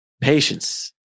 patience